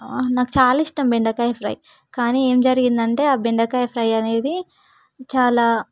నాకు చాలా ఇష్టం బెండకాయ ఫ్రై కానీ ఏం జరిగిందంటే ఆ బెండకాయ ఫ్రై అనేది చాలా